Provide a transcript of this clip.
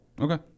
Okay